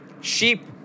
Sheep